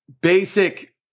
basic